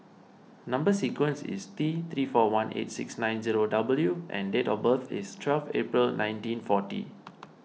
Number Sequence is T three four one eight six nine zero W and date of birth is twelve April nineteen forty